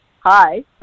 hi